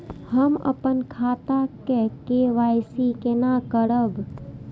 हम अपन खाता के के.वाई.सी केना करब?